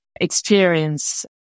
experience